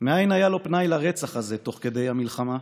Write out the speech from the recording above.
מאין היה לו פנאי לרצח הזה, תוך כדי המלחמה?